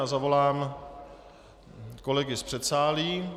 Zavolám kolegy z předsálí.